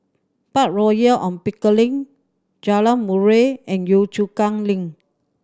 Park Royal On Pickering Jalan Murai and Yio Chu Kang Link